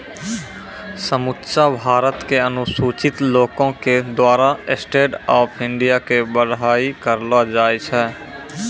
समुच्चा भारत के अनुसूचित लोको के द्वारा स्टैंड अप इंडिया के बड़ाई करलो जाय छै